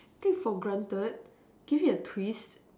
take for guaranteed give it a twist